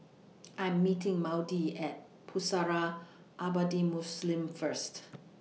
I Am meeting Maudie At Pusara Abadi Muslim First